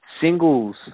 singles